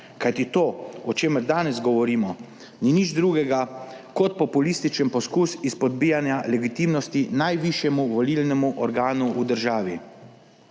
Kajti to, o čemer danes govorimo, ni nič drugega kot populističen poskus izpodbijanja legitimnosti najvišjemu volilnemu organu v državi.